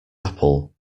apple